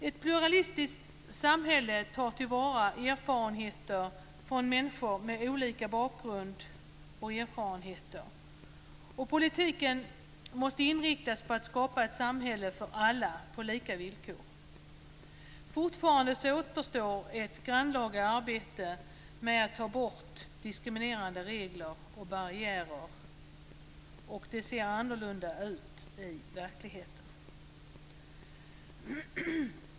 Ett pluralistiskt samhälle tar till vara erfarenheter från människor med olika bakgrund. Politiken måste inriktas på att skapa ett samhälle för alla på lika villkor. Fortfarande återstår ett grannlaga arbete med att ta bort diskriminerande regler och barriärer. Det ser annorlunda ut i verkligheten.